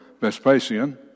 Vespasian